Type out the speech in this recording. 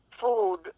food